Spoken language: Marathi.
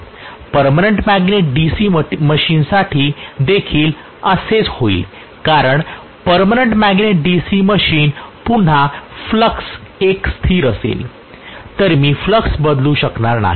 पर्मनंट मॅग्नेट DC मशीनसाठी देखील असेच होईल कारण पर्मनंट मॅग्नेट DC मशीन पुन्हा फ्लक्स एक स्थिर असेल तर मी फ्लक्स बदलू शकणार नाही